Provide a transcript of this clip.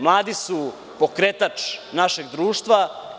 Mladi su pokretač našeg društva.